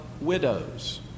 widows